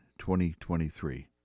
2023